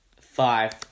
five